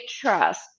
trust